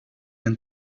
and